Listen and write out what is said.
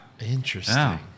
Interesting